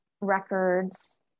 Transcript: records